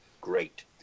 Great